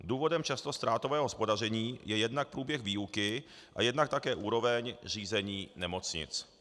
Důvodem často ztrátového hospodaření je jednak průběh výuky a jednak také úroveň řízení nemocnic.